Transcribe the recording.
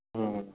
ம்